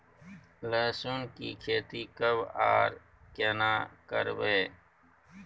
लहसुन की खेती कब आर केना करबै?